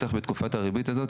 בטח בתקופת הריבית הזאת,